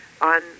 on